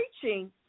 preaching